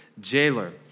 jailer